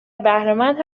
بهرهمند